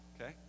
okay